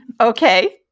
Okay